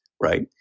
right